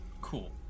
Cool